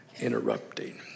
interrupting